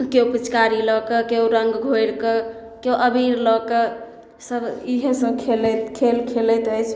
केओ पिचकारी लअ कऽ केओ रङ्ग घोरिकऽ केओ अबीर लअ कऽ सभ इएहे सभ खेलइत खेल खेलइत अछि